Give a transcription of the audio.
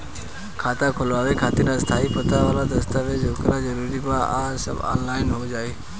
खाता खोलवावे खातिर स्थायी पता वाला दस्तावेज़ होखल जरूरी बा आ सब ऑनलाइन हो जाई?